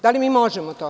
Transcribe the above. Da li mi možemo to?